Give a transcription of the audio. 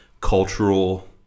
cultural